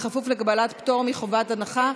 קיבלה פטור מחובת הנחה.